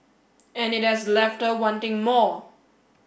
and it has left her wanting more